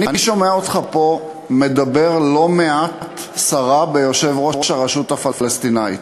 אני שומע אותך פה מדבר לא מעט סרה ביושב-ראש הרשות הפלסטינית.